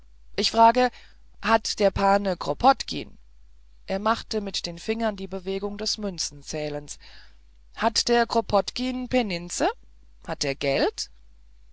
ich frage hat der pan kropotkin er machte mit den fingern die bewegung des münzenzählens hat der kropotkin penize hat er geld